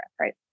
right